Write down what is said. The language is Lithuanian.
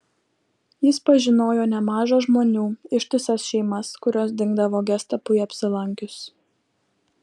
jis pažinojo nemaža žmonių ištisas šeimas kurios dingdavo gestapui apsilankius